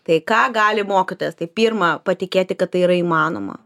tai ką gali mokytojas tai pirma patikėti kad tai yra įmanoma